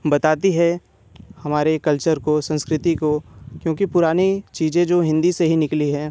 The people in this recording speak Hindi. बताती है हमारे कल्चर को संस्कृति को क्योंकि पुरानी चीज़ें जो हिन्दी से ही निकली है